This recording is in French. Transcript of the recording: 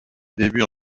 débuts